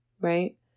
right